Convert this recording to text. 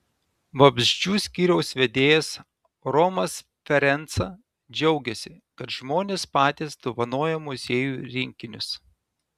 vabzdžių skyriaus vedėjas romas ferenca džiaugiasi kad žmonės patys dovanoja muziejui rinkinius